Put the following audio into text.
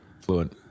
fluent